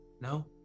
No